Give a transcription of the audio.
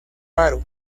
paro